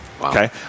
Okay